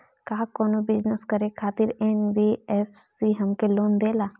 का कौनो बिजनस करे खातिर एन.बी.एफ.सी हमके लोन देला?